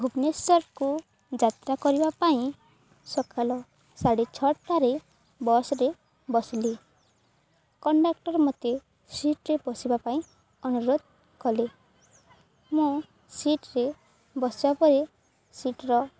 ଭୁବନେଶ୍ୱରକୁ ଯାତ୍ରା କରିବା ପାଇଁ ସକାଳ ସାଢ଼େ ଛଅଟାରେ ବସ୍ରେ ବସିଲି କଣ୍ଡକ୍ଟର୍ ମୋତେ ସିଟ୍ରେ ବସିବା ପାଇଁ ଅନୁରୋଧ କଲେ ମୁଁ ସିଟ୍ରେ ବସିବା ପରେ ସିଟ୍ର